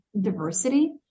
diversity